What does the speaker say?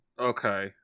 Okay